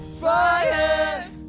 Fire